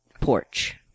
porch